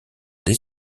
des